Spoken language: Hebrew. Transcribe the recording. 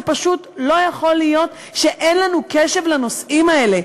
זה פשוט לא יכול להיות שאין לנו קשב לנושאים האלה.